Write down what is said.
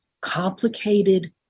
complicated